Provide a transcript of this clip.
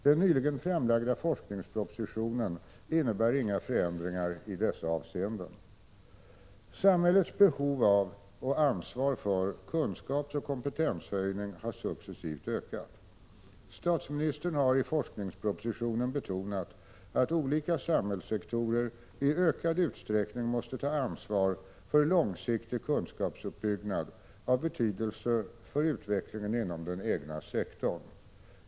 Den nyligen framlagda forskningspropositionen innebär inga förändringar i dessa avseenden. Samhällets behov av — och ansvar för — kunskapsoch kompetenshöjning har successivt ökat. Statsministern har i forskningspropositionen betonat att olika samhällssektorer i ökad utsträckning måste ta ansvar för långsiktig kunskapsuppbyggnad av betydelse för utvecklingen inom den egna sektorn.